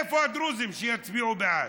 איפה הדרוזים, שיצביעו בעד?